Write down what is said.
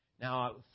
Now